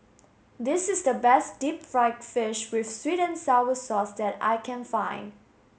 this is the best deep fried fish with sweet and sour sauce that I can find